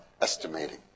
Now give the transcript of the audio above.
estimating